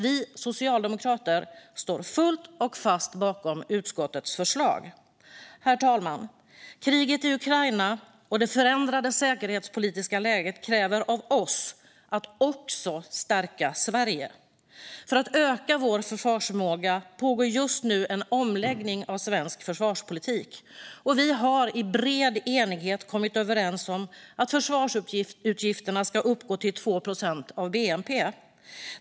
Vi socialdemokrater står fullt och fast bakom utskottets förslag. Herr talman! Kriget i Ukraina och det förändrade säkerhetspolitiska läget kräver av oss att också stärka Sverige. För att öka vår försvarsförmåga pågår just nu en omläggning av svensk försvarspolitik. Vi har i bred enighet kommit överens om att försvarsutgifterna ska uppgå till 2 procent av bnp.